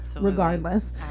regardless